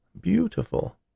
Beautiful